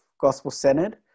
gospel-centered